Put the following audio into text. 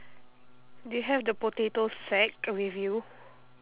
do you have the potato sack with you